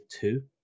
two